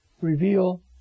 reveal